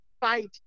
fight